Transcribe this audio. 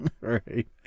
Right